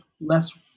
less